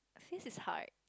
this is hard